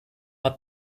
hat